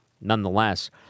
nonetheless